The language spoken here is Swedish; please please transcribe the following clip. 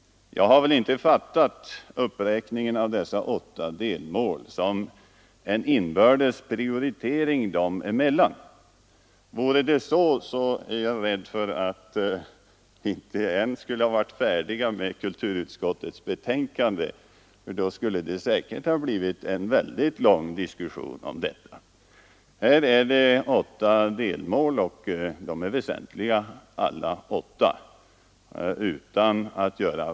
Jag har inte fattat uppräkningen av de åtta delmålen som en inbördes prioritering dem emellan. Jag är rädd för att vi ännu inte skulle ha varit färdiga med kulturutskottets betänkande om vi hade försökt rangordna delmålen — då skulle diskussionen säkert ha blivit mycket lång. Här finns åtta delmål, och de är alla väsentliga.